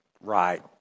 right